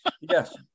Yes